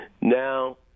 Now